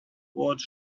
words